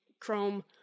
Chrome